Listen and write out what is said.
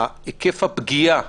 היקף הפגיעה